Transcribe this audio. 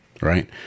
right